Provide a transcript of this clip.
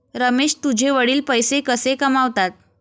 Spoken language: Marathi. रमेश तुझे वडील पैसे कसे कमावतात?